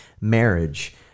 marriage